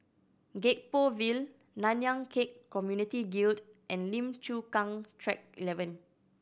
Gek Poh Ville Nanyang Khek Community Guild and Lim Chu Kang Track Eleven